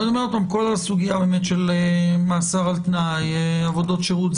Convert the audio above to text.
אני אומר שכל הסוגיה של מאסר על תנאי ועבודות שירות,